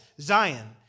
Zion